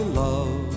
love